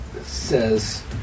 Says